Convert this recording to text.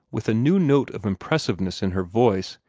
with a new note of impressiveness in her voice,